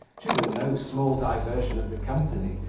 to the no small diversion of the company,